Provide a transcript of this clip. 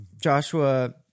Joshua